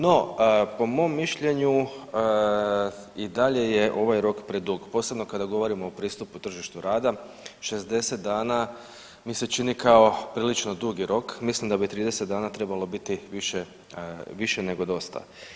No, po mom mišljenju i dalje je ovaj rok predug, posebno kada govorimo o pristupu tržištu rada, 60 dana mi se čini kao prilično dugi rok, mislim da bi 30 dana trebalo biti više, više nego dosta.